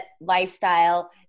lifestyle